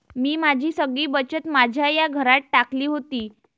मी माझी सगळी बचत माझ्या या घरात टाकली होती